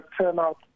turnout